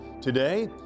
Today